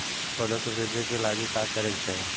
पौधों की वृद्धि के लागी का करे के चाहीं?